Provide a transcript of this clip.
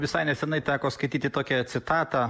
visai nesenai teko skaityti tokią citatą